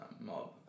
mob